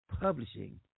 Publishing